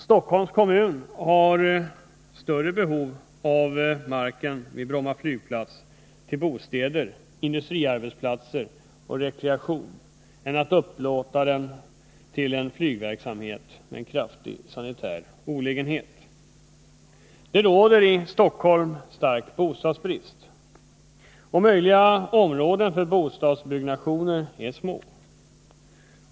Stockholms kommun har större behov av den mark som upptas av Bromma flygplats till bostäder, industriarbetsplatser och rekreation än av att upplåta den till en flygverksamhet som innebär en kraftig sanitär olägenhet. Det råder i Stockholm stark bostadsbrist, och möjliga områden för bostadsbyggnationer är små.